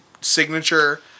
signature